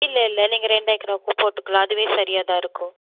இல்லை இல்லை நீங்கள் ரெண்டு ஏக்கராவுக்கு போட்டுக்கலாம் அதுவே சரியாகதான் இருக்கும்